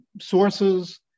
sources